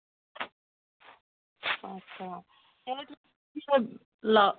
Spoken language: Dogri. अच्छा